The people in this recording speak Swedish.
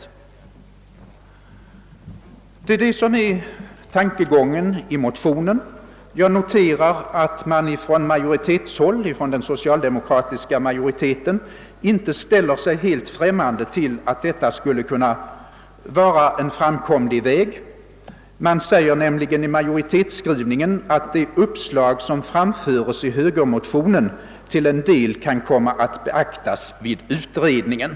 Detta är tankegången i motionsparet. Jag noterar att den socialdemokratiska majoriteten inte ställer sig helt främmande för att den väg som anvisas skulle kunna vara framkomlig. Majoriteten säger nämligen i sin skrivning, att det uppslag som framföres i högermotionerna till en del måhända kan komma att beaktas. vid utredningen.